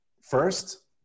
First